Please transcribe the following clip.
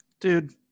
dude